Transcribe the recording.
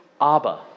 Abba